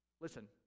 Listen